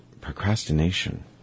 procrastination